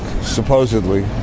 supposedly